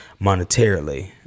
monetarily